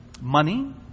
Money